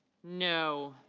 no.